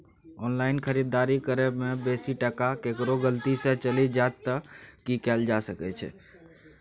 Online खरीददारी करै में बेसी टका केकरो गलती से चलि जा त की कैल जा सकै छै?